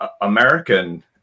American